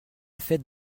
fête